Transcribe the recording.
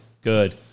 Good